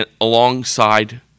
alongside